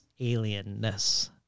alienness